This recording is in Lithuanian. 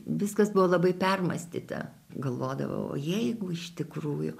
viskas buvo labai permąstyta galvodavau o jeigu iš tikrųjų